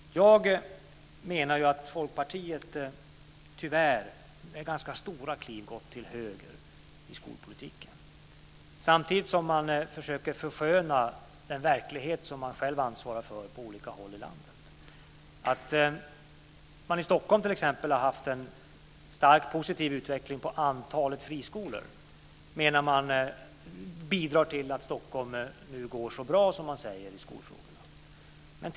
Jag menar att Folkpartiet tyvärr med ganska stora kliv gått till höger i skolpolitiken, samtidigt som man försöker försköna den verklighet man själv ansvarar för på olika håll i landet. Att t.ex. Stockholm har haft en starkt positiv utveckling av antalet friskolor skulle alltså bidra till att Stockholm nu går så bra, som man säger, i skolfrågorna.